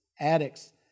addicts